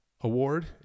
Award